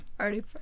already